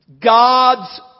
God's